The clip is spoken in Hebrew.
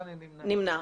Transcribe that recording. אני נמנע.